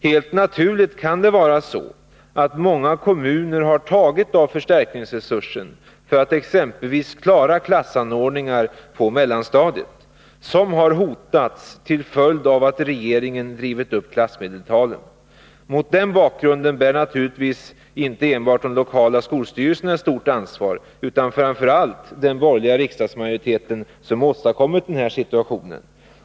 Helt naturligt kan det vara så, att många kommuner har tagit av förstärkningsresursen för att exempelvis klara klassanordningar på mellanstadiet som har hotats till följd av att regeringen drivit upp klassmedeltalen. Mot den bakgrunden bär naturligtvis inte enbart de lokala skolstyrelserna ett stort ansvar, utan framför allt den borgerliga riksdagsmajoriteten, som åstadkommit den här situationen.